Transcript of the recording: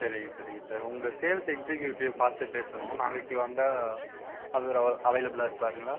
சரிங்க சரிங்க சார் உங்கள் சேல்ஸ் எக்ஸிக்யூட்டிவை பார்த்து பேசணும் நாளைக்கு வந்தால் அவர் அவைலபிளா இருப்பாருங்களா